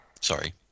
Sorry